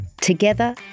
Together